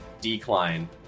decline